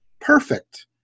perfect